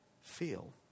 feel